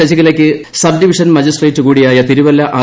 ശശികലയ്ക്ക് sub divisional magistrate കൂടിയായ Thiruvalla R